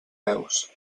veus